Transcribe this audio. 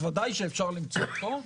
אז ודאי שאפשר למצוא אותו.